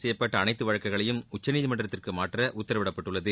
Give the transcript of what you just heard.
செய்யப்பட்ட அனைத்து வழக்குகளையும் உச்சநீதிமன்றத்திற்கு மாற்ற உத்தரவிடப்பட்டுள்ளது